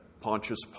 Pontius